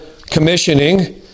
commissioning